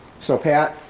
so pat.